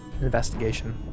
investigation